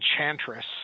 Enchantress